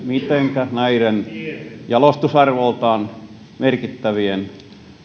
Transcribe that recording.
mitenkä näiden jalostusarvoltaan merkittävien